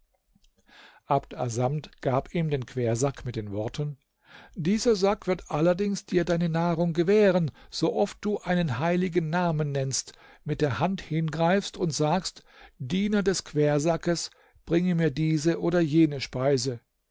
abd assamd gab ihm den quersack mit den worten dieser sack wird allerdings dir deine nahrung gewähren so oft du einen heiligen namen nennst mit der hand hingreifst und sagst diener des quersackes bringe mir diese oder jene speise